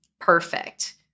perfect